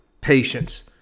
patience